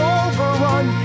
overrun